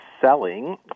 selling